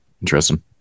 Interesting